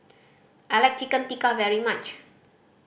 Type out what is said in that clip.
I like Chicken Tikka very much